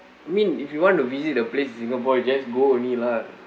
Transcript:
I mean if you want to visit the place in singapore just go only lah